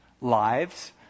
lives